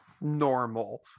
Normal